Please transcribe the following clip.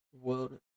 world